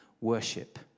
worship